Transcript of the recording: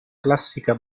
classica